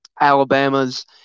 Alabama's